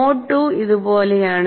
mode II ഇത് ഇതുപോലെയാണ്